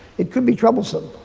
it could be troublesome.